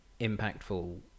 impactful